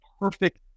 perfect